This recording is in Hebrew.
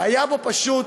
היה בו פשוט